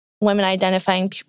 women-identifying